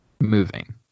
moving